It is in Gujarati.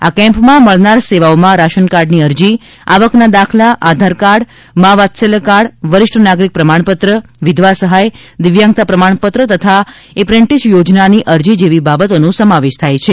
આ કેમ્પમાં મળનાર સેવાઓમાં રાશનકાર્ડની અરજી આવકના દાખલા આધારકાર્ડ મા વાત્સલ્ય કાર્ડ વરિષ્ઠ નાગરિક પ્રમાણ પત્ર વિધવા સહાય દિવ્યાંગતા પ્રમાણપત્ર તથા એપ્રેન્ટિસ યોજનાની અરજી જેવી બાબતોનો સમાવેશ થાય છે